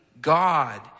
God